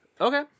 Okay